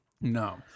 No